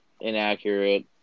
Inaccurate